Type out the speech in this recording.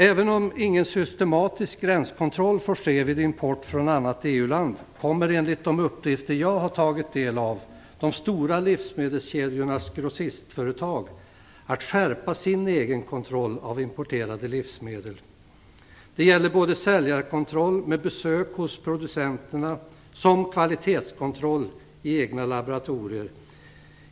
Även om ingen systematisk gränskontroll får ske vid import från ett annat EU-land kommer enligt de uppgifter jag har tagit del av de stora livsmedelskedjornas grossistföretag att skärpa sin egenkontroll av importerade livsmedel. Det gäller såväl säljarkontroll med besök hos producenterna som kvalitetskontroll i egna laboratorier.